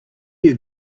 you